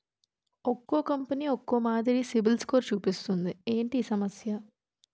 ఒక్కో కంపెనీ ఒక్కో మాదిరి సిబిల్ స్కోర్ చూపిస్తుంది ఏంటి ఈ సమస్య?